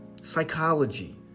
psychology